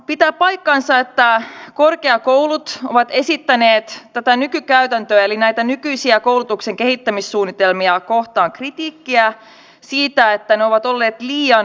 pitää paikkansa että korkeakoulut ovat esittäneet tätä nykykäytäntöä eli näitä nykyisiä koulutuksen kehittämissuunnitelmia kohtaan kritiikkiä siitä että ne ovat olleet liian yksityiskohtaisia